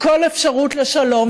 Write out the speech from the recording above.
כל אפשרות לשלום.